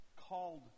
called